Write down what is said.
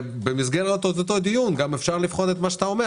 במסגרת אותו דיון גם אפשר לבדוק את מה שאתה אומר